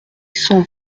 cent